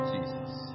Jesus